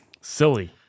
silly